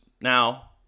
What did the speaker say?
now